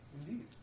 Indeed